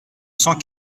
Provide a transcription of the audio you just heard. cent